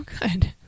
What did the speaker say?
Good